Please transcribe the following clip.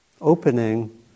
opening